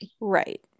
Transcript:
Right